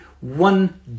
one